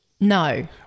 No